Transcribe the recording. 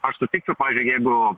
aš sutiksiu pavyzdžiui jeigu